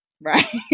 Right